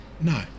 No